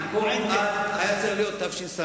הוא היה צריך להיות תשס"ט,